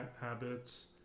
habits